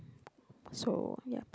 so yeah